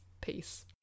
Peace